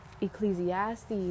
Ecclesiastes